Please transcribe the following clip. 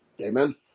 Amen